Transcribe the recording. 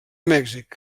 mèxic